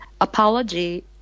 apology